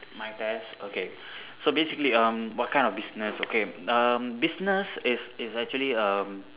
my best okay so basically um what kind of business okay um business is is actually um